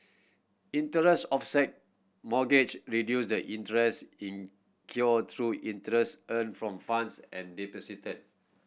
interest offset mortgage reduce the interest incurred through interest earned from funds and deposited